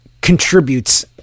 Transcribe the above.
contributes